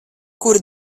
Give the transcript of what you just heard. kur